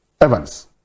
evans